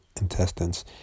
intestines